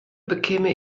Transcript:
bekäme